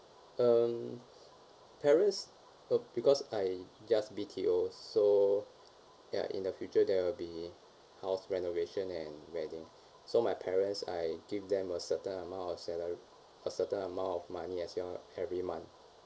um parents uh because I just B_T_O so ya in the future there will be house renovation and wedding so my parents I give them a certain of amount of salary a certain amount of money as well every month